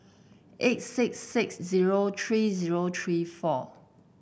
eight six six zero three zero three four